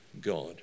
God